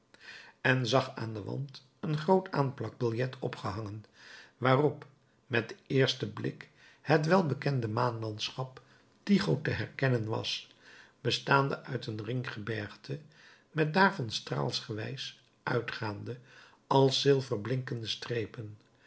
en zag aan den wand een groot aanplakbiljet opgehangen waarop met den eersten blik het welbekende maanlandschap tycho te herkennen was bestaande uit een ringgebergte met daarvan straalsgewijs uitgaande als zilver blinkende strepen